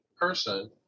person